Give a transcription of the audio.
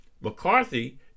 McCarthy